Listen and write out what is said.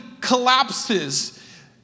collapses